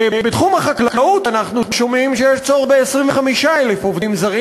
בתחום החקלאות אנחנו שומעים שיש צורך ב-25,000 עובדים זרים.